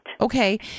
Okay